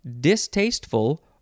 distasteful